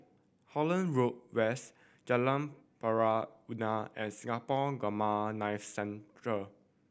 Holland Road West Jalan Pari Unak and Singapore Gamma Knife Centre